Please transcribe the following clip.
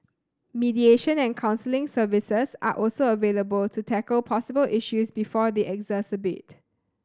mediation and counselling services are also available to tackle possible issues before they exacerbate